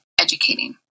educating